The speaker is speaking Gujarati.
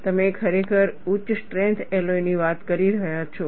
તમે ખરેખર ઉચ્ચ સ્ટ્રેન્થ એલોયની વાત કરી રહ્યા છો